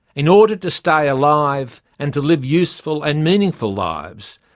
in order to stay alive and to live useful and meaningful lives,